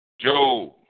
Job